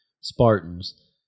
Spartans